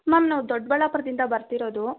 ma'am ನಾವು ದೊಡ್ಡಬಳ್ಳಾಪುರದಿಂದ ಬರ್ತಿರೋದು